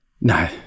No